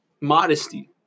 modesty